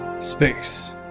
space